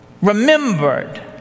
remembered